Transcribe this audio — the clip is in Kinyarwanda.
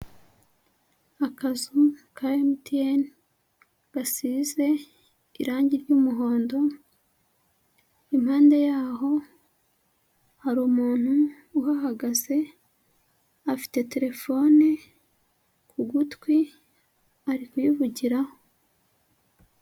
Akazu ka mtn gasize irangi ry'muhondo, impande yaho hari umuntu uhagaze, afite telefone ku gutwi ari kuyivugiraho.